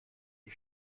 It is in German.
die